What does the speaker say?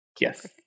Yes